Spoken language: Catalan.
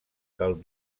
del